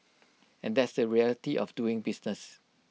and that's the reality of doing business